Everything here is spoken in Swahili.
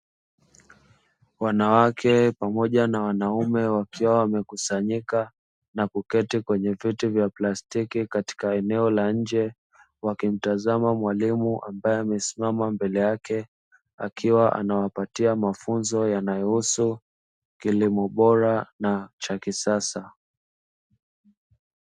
Wanawake pamoja na wanaume wakiwa wamekusanyika na kuketi kwenye viti vya plastiki katika eneo la nje, wakimtazama mwalimu ambae amesimama mbele yake akiwa anawapatia mafunzo yanayohusu kilimo bora na cha kisasa.